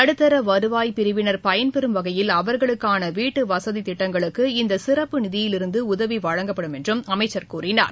நடுத்தர வருவாய் பிரிவினர் பயன்பெறும் வகையில் அவர்களுக்கான வீட்டுவசதி திட்டங்களுக்கு இந்த சிறப்பு நிதியிலிருந்து உதவி வழங்கப்படும் என்றும் அமைச்சர் கூறினார்